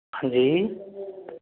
हाँ जी